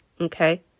okay